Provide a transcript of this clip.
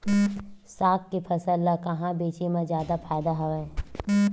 साग के फसल ल कहां बेचे म जादा फ़ायदा हवय?